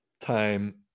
time